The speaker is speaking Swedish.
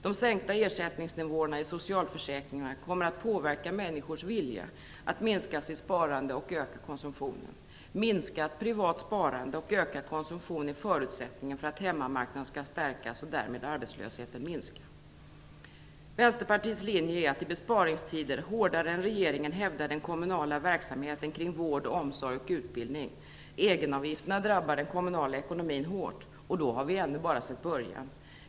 De sänkta ersättningsnivåerna i socialförsäkringarna kommer att påverka människors vilja att minska sitt sparande och öka konsumtionen. Minskat privat sparande och ökad konsumtion är förutsättningen för att hemmamarknaden skall stärkas och därmed arbetslösheten minska. Vänsterpartiets linje är att i besparingstider hårdare än regeringen hävda den kommunala verksamheten kring vård, omsorg och utbildning. Egenavgifterna drabbar den kommunala ekonomin hårt - och då har vi ändå bara sett början.